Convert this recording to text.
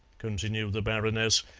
continued the baroness,